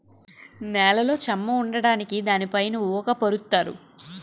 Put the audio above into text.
నేలలో చెమ్మ ఉండడానికి దానిపైన ఊక పరుత్తారు